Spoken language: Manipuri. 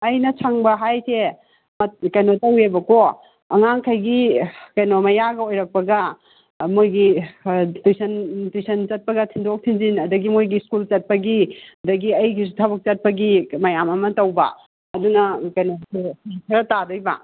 ꯑꯩꯅ ꯁꯪꯕ ꯍꯥꯏꯁꯦ ꯀꯩꯅꯣ ꯇꯧꯋꯦꯕꯀꯣ ꯑꯉꯥꯡꯈꯩꯒꯤ ꯀꯩꯅꯣ ꯃꯌꯥꯒ ꯑꯣꯏꯔꯛꯄꯒ ꯃꯣꯏꯒꯤ ꯇꯨꯏꯁꯟ ꯇꯨꯏꯁꯟ ꯆꯠꯄꯒ ꯊꯤꯟꯗꯣꯛ ꯊꯤꯟꯖꯤꯟ ꯑꯗꯒꯤ ꯃꯣꯏꯒꯤ ꯁ꯭ꯀꯨꯜ ꯆꯠꯄꯒꯤ ꯑꯗꯒꯤ ꯑꯩꯒꯤꯁꯨ ꯊꯕꯛ ꯆꯠꯄꯒꯤ ꯃꯌꯥꯝ ꯑꯃ ꯇꯧꯕ ꯑꯗꯨꯅ ꯀꯩꯅꯣꯁꯦ ꯐꯔꯛ ꯇꯥꯗꯣꯏꯕ